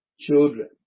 children